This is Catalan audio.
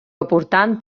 aportant